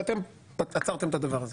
ואתם עצרתם את הדבר הזה.